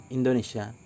Indonesia